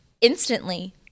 instantly